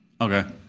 Okay